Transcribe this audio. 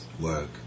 work